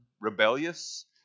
rebellious